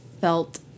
felt